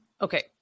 okay